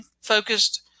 focused